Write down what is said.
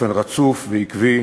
באופן רצוף ועקבי